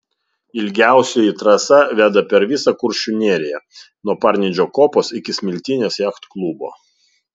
ilgiausioji trasa veda per visą kuršių neriją nuo parnidžio kopos iki smiltynės jachtklubo